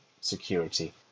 security